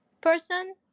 person